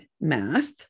math